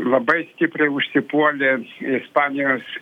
labai stipriai užsipuolė ispanijos